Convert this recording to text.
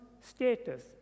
status